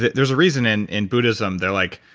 there's a reason and and buddhism they're like,